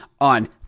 on